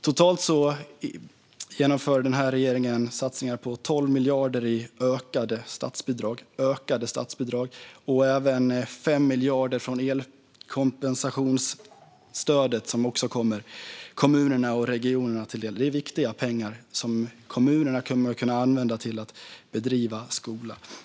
Totalt genomför den här regeringen satsningar på 12 miljarder i ökade statsbidrag, och också 5 miljarder av elkompensationsstödet kommer också kommuner och regioner till del. Det är viktiga pengar som kommunerna kommer att kunna använda till att bedriva skola.